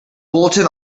bulletin